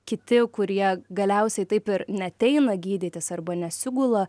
kiti kurie galiausiai taip ir neateina gydytis arba nesigula